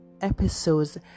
episode's